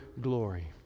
glory